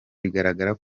bigaragara